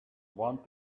want